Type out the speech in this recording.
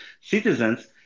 citizens